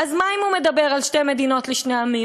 אז מה אם הוא מדבר על שתי מדינות לשני עמים?